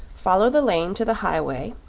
follow the lane to the highway,